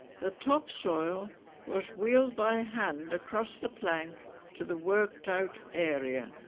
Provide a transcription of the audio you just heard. the topsoil was wheeled by hand across the plank to the worked-out area